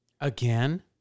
Again